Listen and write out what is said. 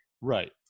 Right